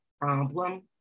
problem